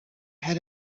had